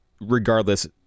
regardless